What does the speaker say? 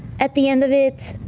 at the end of it,